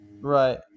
right